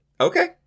Okay